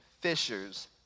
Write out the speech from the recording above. fishers